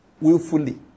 willfully